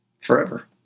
forever